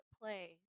play